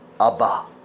Abba